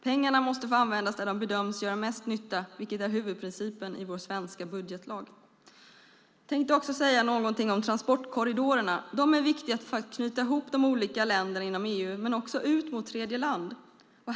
Pengarna måste få användas där de bedöms göra mest nytta vilket är huvudprincipen i vår svenska budgetlag. Jag tänkte också säga någonting om transportkorridorerna. De är viktiga för att knyta ihop de olika länderna inom EU men också ut mot tredjeland.